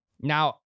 now